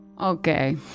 Okay